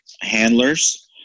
handlers